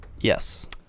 Yes